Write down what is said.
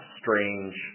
strange